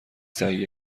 تهیه